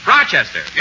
Rochester